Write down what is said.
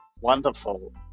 Wonderful